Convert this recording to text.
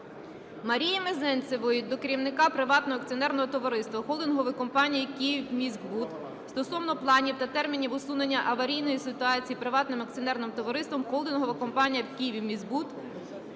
Марії Мезенцевої до керівника Приватного акціонерного товариства "Холдингової компанії "Київміськбуд" стосовно планів та термінів усунення аварійної ситуації Приватним акціонерним товариством "Холдингова компанія "Київміськбуд"